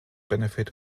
benefit